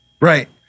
Right